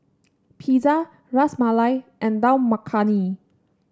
Pizza Ras Malai and Dal Makhani